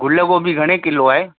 गुलगोभी घणे किलो आहे